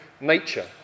nature